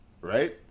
right